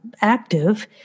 active